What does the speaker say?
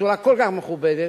בצורה כל כך מכובדת,